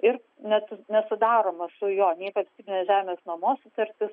ir net nesudaroma su juo nei valstybinės žemės nuomos sutartis